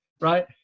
right